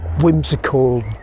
whimsical